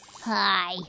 Hi